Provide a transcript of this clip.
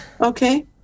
Okay